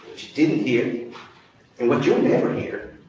she didn't hear and what you'll